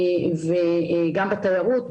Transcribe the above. בתיירות.